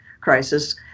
crisis